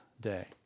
day